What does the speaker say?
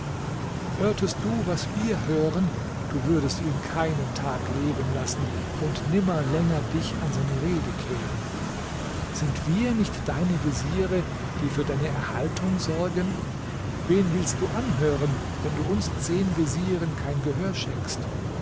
hörtest du was wir hören du würdest ihn keinen tag leben lassen und nimmer länger dich an seine rede kehren sind wir nicht deine veziere die für deine erhaltung sorgen wen willst du anhören wenn du uns zehn vezieren kein gehör schenkst